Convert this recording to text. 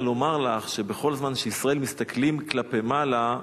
אלא לומר לך, שבכל זמן שישראל מסתכלים כלפי מעלה,